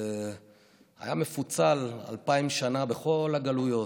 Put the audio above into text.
שהיה מפוצל אלפיים שנה בכל הגלויות,